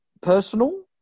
personal